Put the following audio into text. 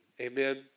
Amen